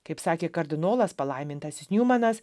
kaip sakė kardinolas palaimintasis niumanas